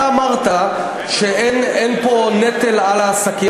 אתה אמרת שאין פה נטל על העסקים.